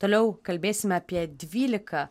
toliau kalbėsime apie dvylika